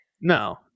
no